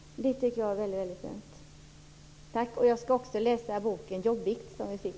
Det tycker jag är väldigt fint. Jag skall läsa boken Jobbigt, som vi fick.